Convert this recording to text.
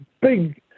big